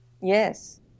Yes